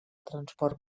transport